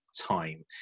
time